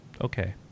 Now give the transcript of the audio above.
Okay